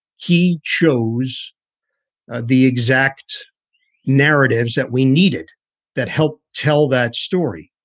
he shows the exact narratives that we needed that help tell that story.